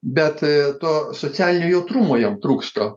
bet to socialinio jautrumo jam trūksta